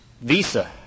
visa